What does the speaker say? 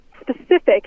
specific